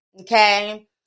okay